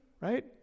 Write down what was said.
right